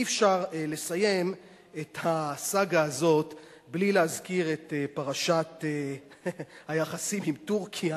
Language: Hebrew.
אי-אפשר לסיים את הסאגה הזאת בלי להזכיר את פרשת היחסים עם טורקיה,